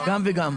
גם וגם.